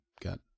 got